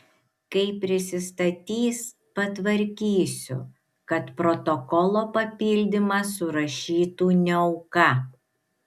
kai prisistatys patvarkysiu kad protokolo papildymą surašytų niauka